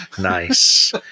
Nice